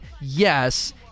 yes